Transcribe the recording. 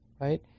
right